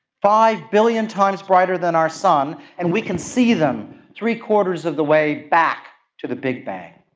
five billion times brighter than our sun, and we can see them three-quarters of the way back to the big bang.